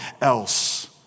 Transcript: else